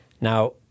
Now